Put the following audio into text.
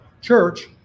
Church